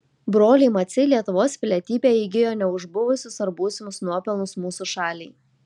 broliai maciai lietuvos pilietybę įgijo ne už buvusius ar būsimus nuopelnus mūsų šaliai